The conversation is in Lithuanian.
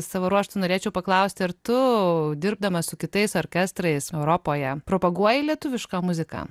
savo ruožtu norėčiau paklausti ar tu dirbdamas su kitais orkestrais europoje propaguoji lietuvišką muziką